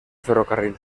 ferrocarril